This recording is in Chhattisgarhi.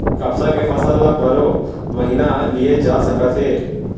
कपसा के फसल ल बारो महिना लिये जा सकत हे